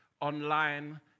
online